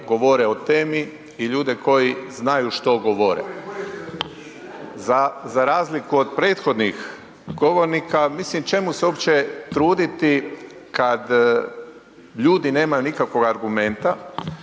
govore o temi i ljude koji znaju što govore. Za razliku od prethodnih govornika mislim čemu se uopće truditi kad ljudi nemaju nikakvog argumenta